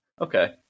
Okay